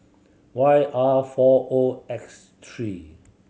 Y R four O X three